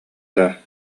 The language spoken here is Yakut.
даа